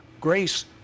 Grace